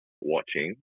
watching